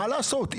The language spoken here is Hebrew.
מה לעשות,